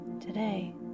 Today